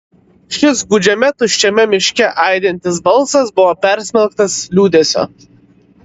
šis gūdžiame tuščiame miške aidintis balsas buvo persmelktas liūdesio